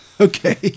okay